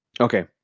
Okay